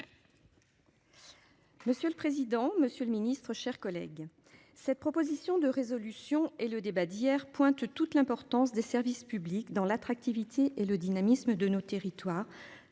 Monsieur le président, Monsieur le Ministre, chers collègues, cette proposition de résolution et le débat d'hier pointe toute l'importance des services publics dans l'attractivité et le dynamisme de nos territoires,